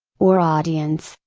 or audience,